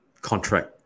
contract